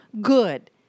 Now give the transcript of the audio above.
good